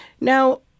Now